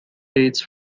dates